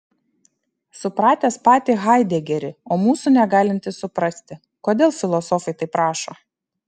supratęs patį haidegerį o mūsų negalintis suprasti kodėl filosofai taip rašo